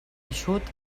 eixut